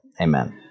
amen